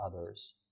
others